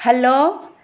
hello